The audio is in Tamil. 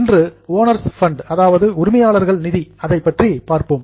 இன்று ஓனர்ஸ் பண்ட் உரிமையாளர்கள் நிதி அதைப் பற்றிப் பார்ப்போம்